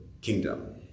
kingdom